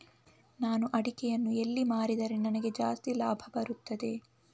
ನಾನು ಅಡಿಕೆಯನ್ನು ಎಲ್ಲಿ ಮಾರಿದರೆ ನನಗೆ ಜಾಸ್ತಿ ಲಾಭ ಬರುತ್ತದೆ?